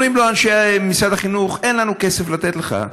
אומרים לו אנשי משרד החינוך: אין לנו כסף לתת לך,